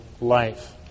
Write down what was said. life